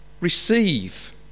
receive